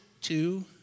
two